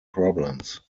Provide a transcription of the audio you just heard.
problems